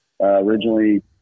originally